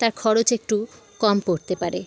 তার খরচ একটু কম পড়তে পারে